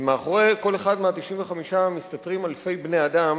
ומאחורי כל אחד מה-95 מסתתרים אלפי בני-אדם